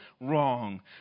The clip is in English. wrong